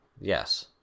Yes